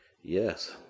Yes